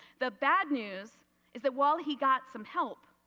the bad news is that while he got some help,